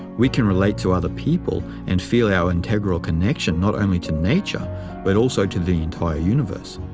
we can relate to other people and feel our integral connection not only to nature but also to the entire universe.